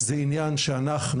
זה עניין שאנחנו,